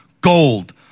gold